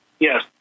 Yes